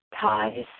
ties